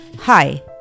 Hi